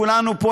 כולנו פה,